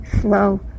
slow